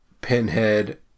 Pinhead